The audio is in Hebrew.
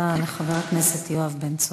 תודה לחבר הכנסת יואב בן צור.